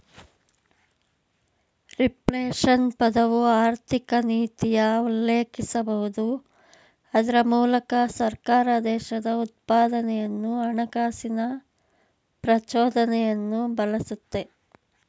reflation ಪದವು ಆರ್ಥಿಕನೀತಿಯ ಉಲ್ಲೇಖಿಸಬಹುದು ಅದ್ರ ಮೂಲಕ ಸರ್ಕಾರ ದೇಶದ ಉತ್ಪಾದನೆಯನ್ನು ಹಣಕಾಸಿನ ಪ್ರಚೋದನೆಯನ್ನು ಬಳಸುತ್ತೆ